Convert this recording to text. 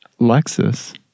Lexus